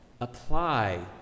apply